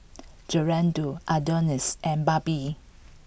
Gerardo Adonis and Barbie